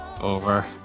Over